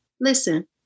Listen